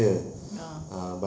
ya